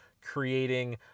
creating